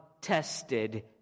tested